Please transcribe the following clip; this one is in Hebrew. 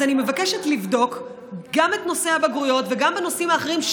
אז אני מבקשת לבדוק גם את נושא הבגרויות וגם נושאים אחרים,